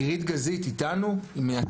עירית גזית, בבקשה.